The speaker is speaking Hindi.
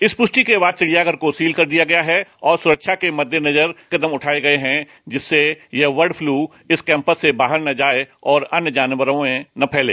इस पुष्टि के बाद चिड़ियाघर को सील कर दिया गया है और सुरक्षा के मद्देनजर कदम उठाये गए हैं जिससे कि यह बर्ड फ्लू इस कैंपस से बाहर न जाए और अन्य जानवरों में न फैले